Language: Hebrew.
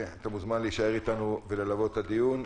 אתה מוזמן להישאר איתנו וללוות את הדיון.